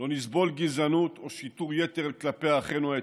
לא נסבול גזענות או שיטור יתר כלפי אחינו האתיופים.